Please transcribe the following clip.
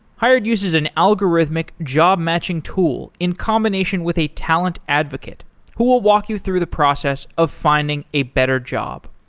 hired uses an algorithmic job-matching tool in combination with a talent advocate who will walk you through the process of finding a better job.